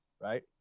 right